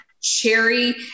cherry